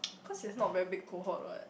cause it's not very big cohort [what]